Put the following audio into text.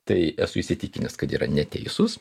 tai esu įsitikinęs kad yra neteisūs